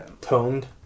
toned